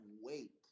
wait